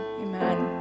amen